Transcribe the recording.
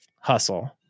hustle